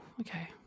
okay